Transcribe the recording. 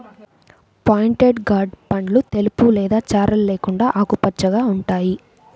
pointed gourd పండ్లు తెలుపు లేదా చారలు లేకుండా ఆకుపచ్చగా ఉంటాయి